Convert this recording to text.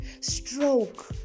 Stroke